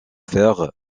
fer